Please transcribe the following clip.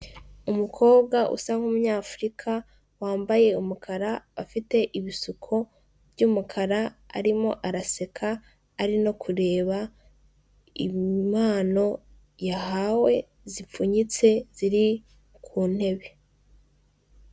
Umukobwa usa nk'umunyafurika wambaye umukara afite ibishuko by'umukara arimo araseka, ari no kureba impano yahawe zipfunyitse ziri ku ntebe.